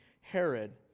Herod